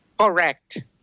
Correct